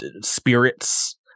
spirits